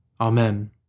Amen